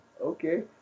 okay